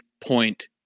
point